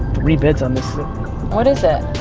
three bids on this. what is it,